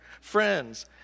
friends